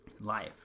life